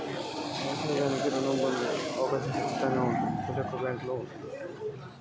నేను ఒక వ్యవసాయదారుడిని నాకు ఋణం పొందే అర్హత ఉందా?